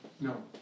No